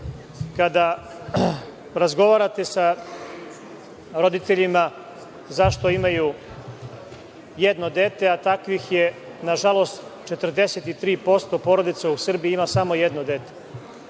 dece. Kada razgovarate sa roditeljima zašto imaju jedno dete, a takvih je nažalost 43% porodica u Srbiji ima samo jedno dete,